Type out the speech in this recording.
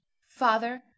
father